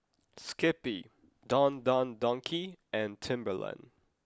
Skippy Don Don Donki and Timberland